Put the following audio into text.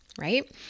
right